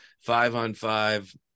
five-on-five